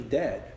dead